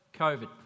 COVID